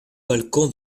balcon